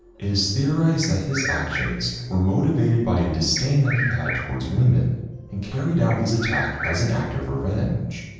it is theorized that his actions were motivated by a disdain that he had towards women and carried out his attack as an act of revenge.